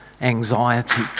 anxiety